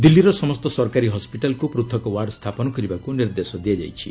ଦିଲ୍ଲୀର ସମସ୍ତ ସରକାରୀ ହସ୍କିଟାଲକୁ ପୃଥକ ୱାର୍ଡ୍ ସ୍ଥାପନ କରିବାକୁ ନିର୍ଦ୍ଦେଶ ଦିଆଯାଇଛି